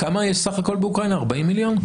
כמה בסך הכול יש באוקראינה, 40 מיליון?